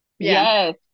Yes